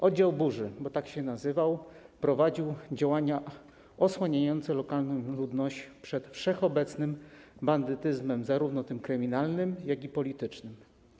Oddział „Burzy”, bo tak się nazywał, prowadził działania osłaniające lokalną ludność przed wszechobecnym bandytyzmem, zarówno kryminalnym, jak i politycznym.